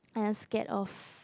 I am scared of